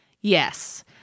yes